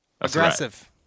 aggressive